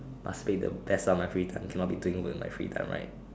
must play the best of my free time cannot be doing work on my free time right